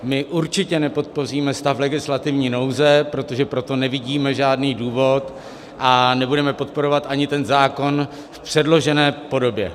My určitě nepodpoříme stav legislativní nouze, protože pro to nevidíme žádný důvod, a nebudeme podporovat ani ten zákon v předložené podobě.